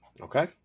Okay